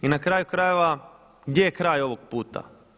I na kraju krajeva gdje je kraj ovog puta?